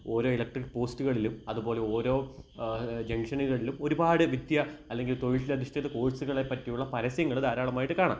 ഓരോ ഇലക്ട്രിക്ക് പോസ്റ്റുകളിലും അതുപോലെ ഓരോ ജംഗ്ഷനുകളിലും ഒരുപാട് വിദ്യ അല്ലെങ്കിൽ തൊഴിലധിഷ്ഠിത കോഴ്സുകളെപ്പറ്റിയുള്ള പരസ്യങ്ങള് ധാരാളമായിട്ട് കാണാം